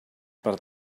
per